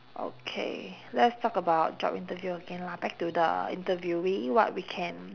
okay let's talk about job interview again lah back to the interviewee what we can